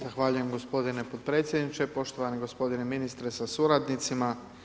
Zahvaljujem gospodine potpredsjedniče, poštovani gospodine ministre sa suradnicima.